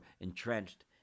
entrenched